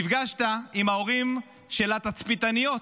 נפגשת עם ההורים של התצפיתניות,